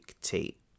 Tate